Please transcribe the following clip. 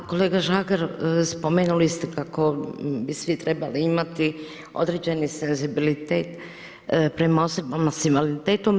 Pa kolega Žagar, spomenuli ste kako bi svi trebali imati određeni senzibilitet prema osobama s invaliditetom.